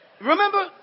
Remember